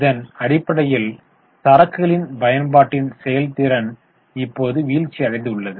இதன் அடிப்படையில் சரக்குகளின் பயன்பாட்டின் செயல்திறன் இப்போது வீழ்ச்சியடைந்துள்ளது